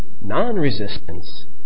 non-resistance